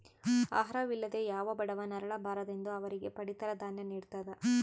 ಆಹಾರ ವಿಲ್ಲದೆ ಯಾವ ಬಡವ ನರಳ ಬಾರದೆಂದು ಅವರಿಗೆ ಪಡಿತರ ದಾನ್ಯ ನಿಡ್ತದ